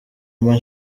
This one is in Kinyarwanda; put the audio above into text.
mba